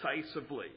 decisively